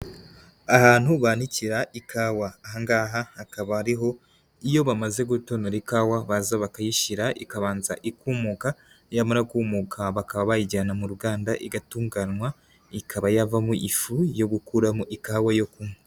Ahantu banikira ikawa, aha ngaha hakaba ariho iyo bamaze gutonora ikawa baza bakayishyira ikabanza ikumuka, yamara kumuka bakaba bayijyana mu ruganda, igatunganywa ikaba yavamo ifu yo gukuramo ikawa yo kunywa.